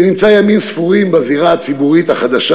אני נמצא ימים ספורים בזירה הציבורית החדשה,